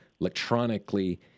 electronically